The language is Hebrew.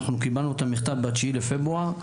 אנחנו קיבלנו את המכתב ב-9 בפברואר,